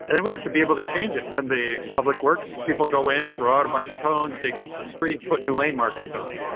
and then we have to be able to change it. when the public works, people go in, throw out a bunch of cones, dig up the street and put new lane markings on.